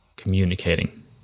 communicating